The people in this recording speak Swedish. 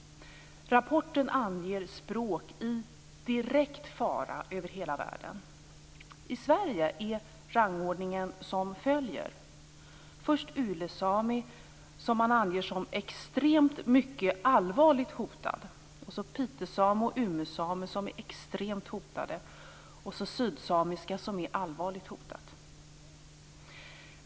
Rapporten anger språk i direkt fara över hela världen. I Sverige är rangordningen som följer. Först kommer ulesamiska, som man anger som extremt mycket allvarligt hotad. Därefter kommer pitesamiska och umesamiska, som är extremt hotade. Sedan sydsamiska, som är allvarligt hotat.